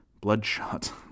bloodshot